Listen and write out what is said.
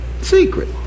secret